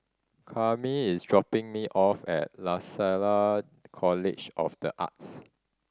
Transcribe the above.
Karyme is dropping me off at Lasalle College of The Arts